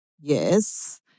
yes